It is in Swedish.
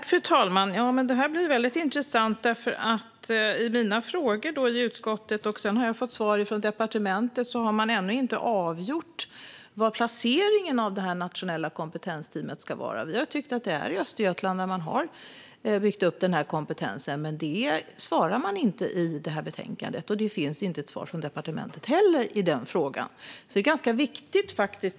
Fru talman! Det här blir väldigt intressant. Jag hade frågor i utskottet. Sedan har jag fått svar från departementet. Man har ännu inte avgjort var det nationella kompetensteamet ska placeras. Vi har tyckt att det ska placeras i Östergötland, där man har byggt upp denna kompetens. Men man svarar inte på det i detta betänkande. Det finns inte heller något svar från departementet på den frågan.